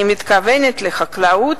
אני מתכוונת לחקלאות,